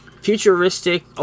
futuristic